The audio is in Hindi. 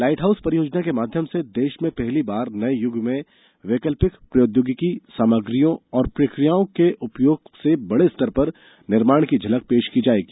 लाइटहाउस परियोजनाओं के माध्यम से देश में पहली बार नये युग में वैकलपिक प्रौद्योगिकी सामग्रियों और प्रक्रियाओं के उपयोग से बडे स्तर पर निर्माण की झलक पेश की जायेगी